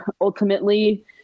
ultimately